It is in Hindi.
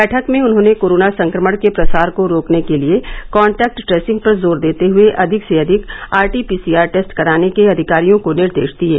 बैठक में उन्हॉने कोरोना संक्रमण के प्रसार को रोकने के लिये कांटैक्ट ट्रेसिंग पर जोर देते हुए अधिक से अधिक आरटीपीसीआर टेस्ट कराने के अधिकारियों को निर्देश दिये